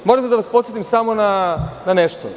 Moram da vas podsetim samo na nešto.